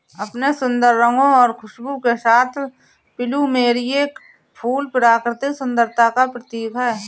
अपने सुंदर रंगों और खुशबू के साथ प्लूमेरिअ फूल प्राकृतिक सुंदरता का प्रतीक है